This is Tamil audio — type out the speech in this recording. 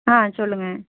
ஆ சொல்லுங்கள்